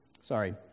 Sorry